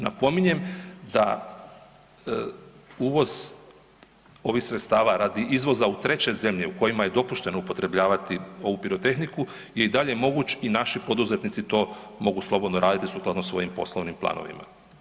Napominjem da uvoz ovih sredstava radi izvoza u treće zemlje u kojima je dopušteno upotrebljavati ovu pirotehniku je i dalje moguć i naši poduzetnici to mogu slobodno radit sukladno svojim poslovnim planovima.